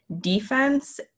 defense